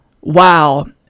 Wow